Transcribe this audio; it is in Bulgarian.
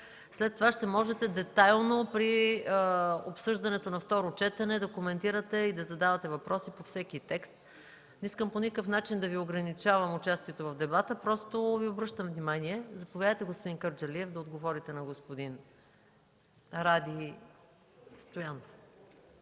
След това ще можете детайлно, при обсъждането за второ четене, да коментирате и да задавате въпроси по всеки текст. По никакъв начин не искам да ограничавам участието Ви в дебата, но просто Ви обръщам внимание. Заповядайте, господин Кърджалиев, да отговорите на господин Ради Стоянов.